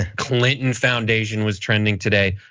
clinton foundation was trending today.